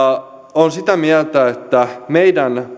olen sitä mieltä että meidän